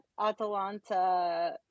Atalanta